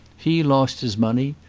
he lost his money,